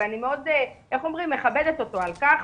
ואני מאוד מכבדת אותו על כך.